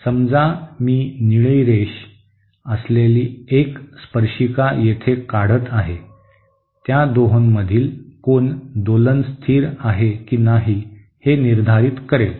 समजा मी निळे रेष असलेली एक स्पर्शिका येथे काढत आहे त्या दोहोंमधील कोन दोलन स्थिर आहे की नाही हे निर्धारित करेल